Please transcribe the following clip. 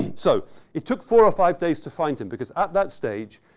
so it took four or five days to find him because at that stage,